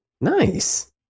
Nice